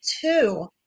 two